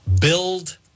build